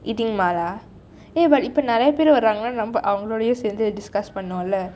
eating mala but இப்போ தான் நிறைய பேர் வராங்க நம்ம அவங்களோடு சேர்ந்து:ippo thaan niraiya per varanka avankalodu sernthu discuss பன்னோம் லே:pannom lei